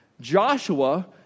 Joshua